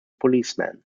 policemen